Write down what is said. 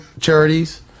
charities